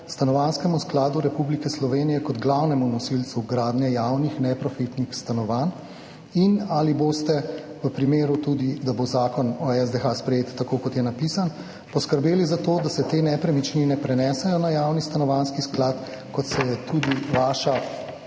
stanovanjskemu skladu Republike Slovenije kot glavnemu nosilcu gradnje javnih neprofitnih stanovanj? Ali boste v primeru, da bo zakon o SDH sprejet tako, kot je napisan, poskrbeli za to, da se te nepremičnine prenesejo na javni stanovanjski sklad, kot se je tudi vaša